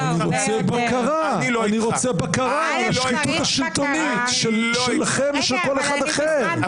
רוצה בקרה על השחיתות השלטונית שלכם ושל כל אחד אחר.